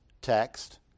text